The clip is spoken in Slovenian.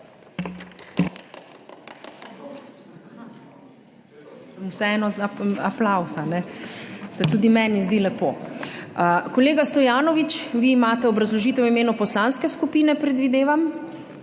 Vseeno aplavz, se tudi meni zdi lepo. Kolega Stojanovič, vi imate obrazložitev v imenu poslanske skupine, predvidevam?